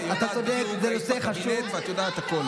היית בקבינט ואת יודעת הכול,